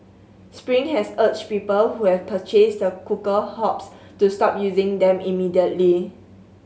spring has urged people who have purchased the cooker hobs to stop using them immediately